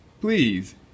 please